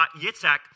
Yitzhak